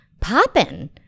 popping